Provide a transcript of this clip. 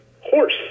horse